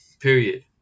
period